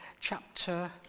chapter